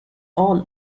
all